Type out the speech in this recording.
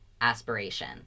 aspiration